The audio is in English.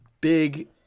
Big